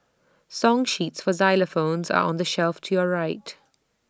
song sheets for xylophones are on the shelf to your right